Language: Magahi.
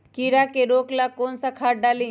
कीड़ा के रोक ला कौन सा खाद्य डाली?